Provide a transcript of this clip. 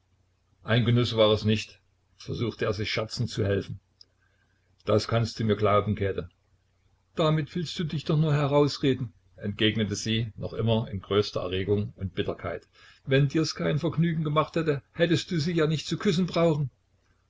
ein genuß war es nicht versuchte er sich scherzend zu helfen das kannst du mir glauben käthe damit willst du dich doch nur herausreden entgegnete sie noch immer in größter erregung und bitterkeit wenn dir's kein vergnügen gemacht hätte hättest du sie ja nicht zu küssen brauchen